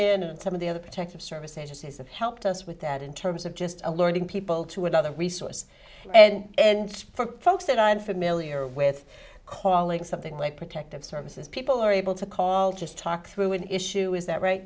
in and some of the other protective service agencies have helped us with that in terms of just a learning people to another resource and for folks that i'm familiar with calling something like protective services people are able to call just talk through an issue is that right